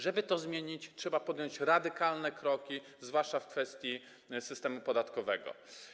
Żeby to zmienić, trzeba podjąć radykalne kroki, zwłaszcza w kwestii systemu podatkowego.